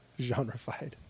genrefied